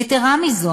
יתרה מזו,